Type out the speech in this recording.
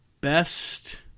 best